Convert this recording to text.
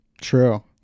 True